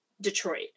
Detroit